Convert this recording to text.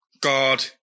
God